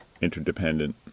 interdependent